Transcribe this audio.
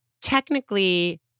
Technically